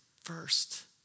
first